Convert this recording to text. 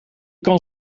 kan